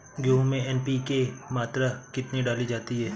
गेहूँ में एन.पी.के की मात्रा कितनी डाली जाती है?